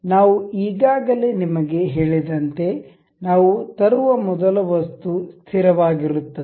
ನಾವು ಈಗಾಗಲೇ ನಿಮಗೆ ಹೇಳಿದಂತೆ ನಾವು ತರುವ ಮೊದಲ ವಸ್ತು ಸ್ಥಿರವಾಗಿರುತ್ತದೆ